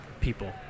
people